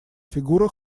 фигура